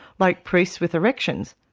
like priests with erections,